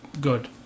good